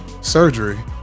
surgery